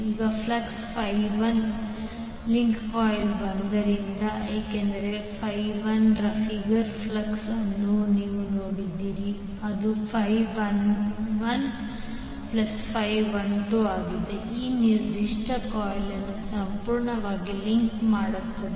ಈಗ flux 1 link coil 1 ರಿಂದ ಏಕೆಂದರೆ 1ರ ಫಿಗರ್ ಫ್ಲಕ್ಸ್ ಅನ್ನು ನೀವು ನೋಡಿದರೆ ಅದು 1112ಆಗಿ ಈ ನಿರ್ದಿಷ್ಟ ಕಾಯಿಲ್ ಅನ್ನು ಸಂಪೂರ್ಣವಾಗಿ ಲಿಂಕ್ ಮಾಡುತ್ತದೆ